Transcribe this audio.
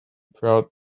proud